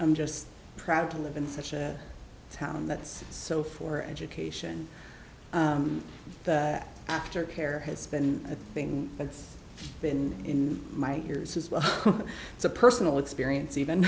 i'm just proud to live in such a town that's so for education aftercare has been a thing that's been in my years as well it's a personal experience even